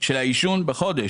של העישון.